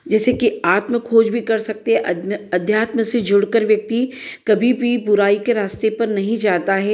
जैसे कि आत्मखोज भी कर सकते हैं अध अध्यात्म से जुड़कर व्यक्ति कभी भी बुराई के रास्ते पर नहीं जाता है